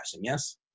yes